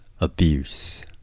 abuse